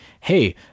hey